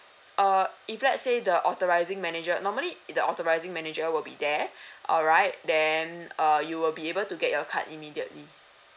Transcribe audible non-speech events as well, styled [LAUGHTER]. err if let's say the authorizing manager normally the authorising manager will be there [BREATH] all right then uh you will be able to get your card immediately